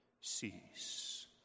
cease